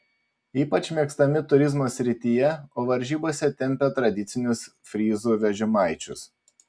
ypač mėgstami turizmo srityje o varžybose tempia tradicinius fryzų vežimaičius